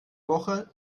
woche